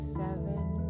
seven